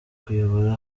kuyobora